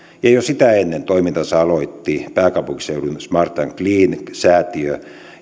ja jo sitä ennen toimintansa aloitti pääkaupunkiseudun smart clean säätiö